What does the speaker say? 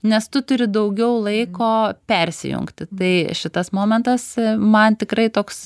nes tu turi daugiau laiko persijungti tai šitas momentas man tikrai toks